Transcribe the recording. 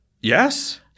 yes